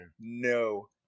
no